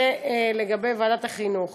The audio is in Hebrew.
זה לגבי ועדת החינוך.